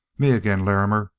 me again. larrimer,